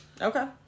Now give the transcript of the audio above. Okay